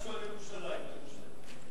משהו על ירושלים, ירושלים.